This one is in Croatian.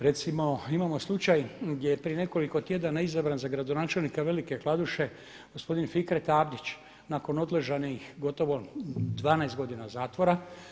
Recimo imamo slučaj gdje je prije nekoliko tjedana izabran za gradonačelnika Velike Kladuše gospodin Fikret Abdić nakon odležanih gotovo 12 godina zatvora.